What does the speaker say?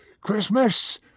Christmas